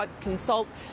consult